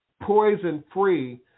poison-free